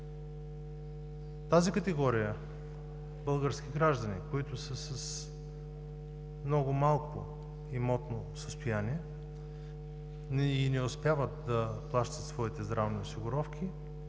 Тази категория български граждани, които са с много малко имотно състояние и не успяват да плащат своите здравни осигуровки,